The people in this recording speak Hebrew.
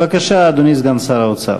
בבקשה, אדוני סגן שר האוצר.